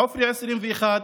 עופרי, 21,